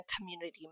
community